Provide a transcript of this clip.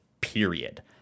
period